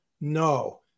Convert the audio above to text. No